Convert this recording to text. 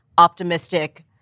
optimistic